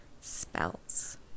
spells